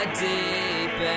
deep